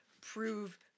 prove